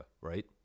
right